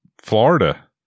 Florida